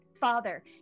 father